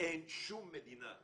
- אין שום מדינה,